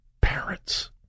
parents